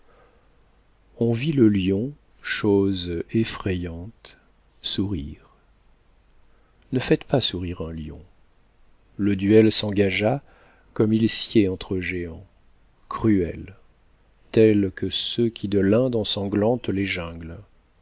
on vit le lion chose effrayante sourire ne faites pas sourire un lion le duel s'engagea comme il sied entre géants cruel tel que ceux qui de l'inde ensanglantent les jungles